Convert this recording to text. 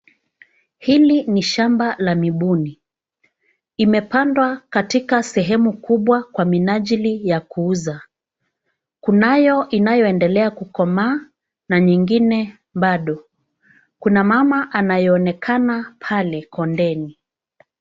Hili ni shamba la mibuni. Imepandwa katika sehemu kubwa kwa minajili ya kuuza. Kunayo inayoendelea kukomaa na nyingine bado. Kuna mama anayeonekana pale kondeni.